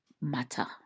matter